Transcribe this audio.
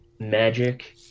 magic